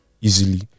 easily